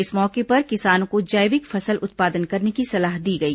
इस मौके पर किसानों को जैविक फसल उत्पादन करने की सलाह दी गई